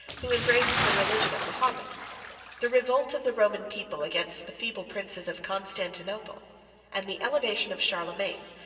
who embraced the religion of mahomet the revolt of the roman people against the feeble princes of constantinople and the elevation of charlemagne,